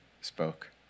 spoke